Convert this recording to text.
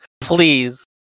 Please